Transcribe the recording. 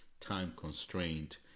time-constrained